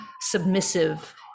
submissive